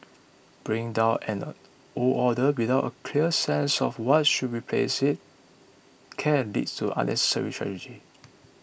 bringing down an a old order without a clear sense of what should replace it can lead to unnecessary tragedy